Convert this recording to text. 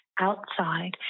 outside